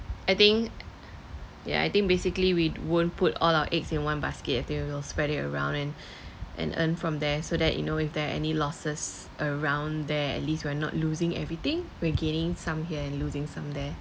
I think ya I think basically we won't put all our eggs in one basket they will spread it around and and earn from there so that you know if there any losses around there at least we are not losing everything we're gaining some here and losing some there